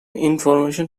information